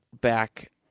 back